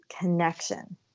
connection